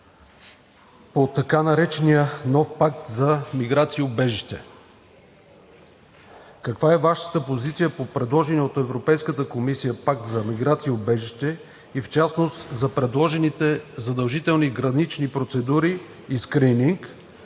по така наречения нов Пакт за миграция и убежище. Каква е Вашата позиция по предложения от Европейската комисия Пакт за миграция и убежище, и в частност за предложените задължителни гранични процедури и скрининг,